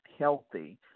Healthy